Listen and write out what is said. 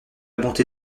bonté